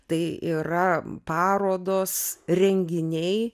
tai yra parodos renginiai